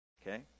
Okay